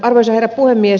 arvoisa herra puhemies